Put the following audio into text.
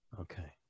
Okay